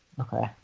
Okay